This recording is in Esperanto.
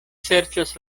serĉas